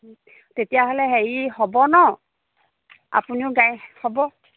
তেতিয়াহ'লে হেৰি হ'ব নহ্ আপুনিও গাই হ'ব